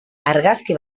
argazki